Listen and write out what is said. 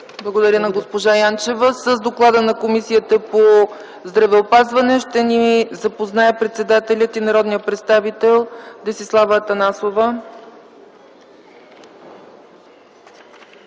Благодаря на госпожа Янчева. С доклада на Комисията по здравеопазването ще ни запознае председателят й народният представител Десислава Атанасова.